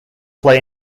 play